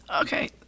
Okay